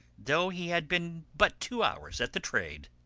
though he had been but two hours at the trade.